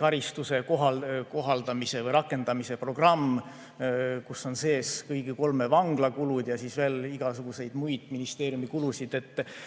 karistuse kohaldamise või rakendamise programm, kus on sees kõigi kolme vangla kulud ja veel igasuguseid muid ministeeriumi kulusid –